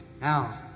Now